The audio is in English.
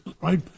right